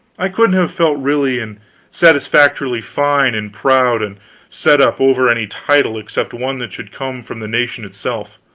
i couldn't have felt really and satisfactorily fine and proud and set-up over any title except one that should come from the nation itself,